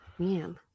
man